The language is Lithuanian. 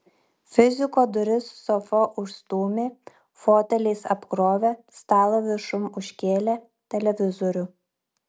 fiziko duris sofa užstūmė foteliais apkrovė stalą viršum užkėlė televizorių